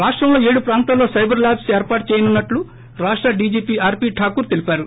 రాష్టంలో ఏడు ప్రాంతాల్లో సైబర్ ల్యాబ్స్ ఏర్పాటు చేయనున్నట్లు రాష్ట డీజీపీ ఆర్పీ ఠాకూర్ తెలిపారు